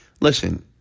listen